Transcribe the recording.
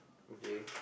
okay